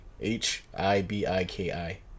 H-I-B-I-K-I